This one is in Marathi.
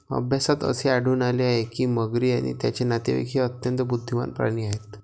अभ्यासात असे आढळून आले आहे की मगरी आणि त्यांचे नातेवाईक हे अत्यंत बुद्धिमान प्राणी आहेत